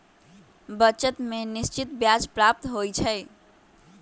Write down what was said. बचत में निश्चित ब्याज प्राप्त होइ छइ